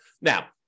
Now